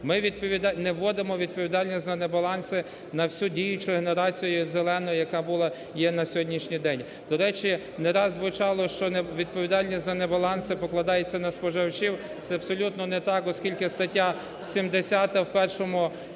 Ми не вводимо відповідальність за небаланси на всю діючу генерацію "зелену", яка була, є на сьогоднішній день. До речі, не раз звучало, що відповідальність за небаланси покладається на споживачів. Це абсолютно не так, оскільки стаття 70 в першому